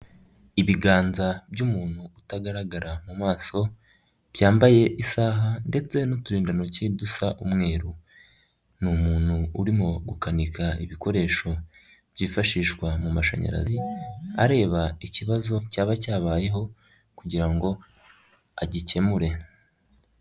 Ibiganza by'umuntu utagaragara mu maso, byambaye isaha ndetse n'uturindantoki dusa umweru. Ni umuntu urimo gukanika ibikoresho byifashishwa mu mashanyarazi, areba ikibazo cyaba cyabayeho kugira ngo agikemure.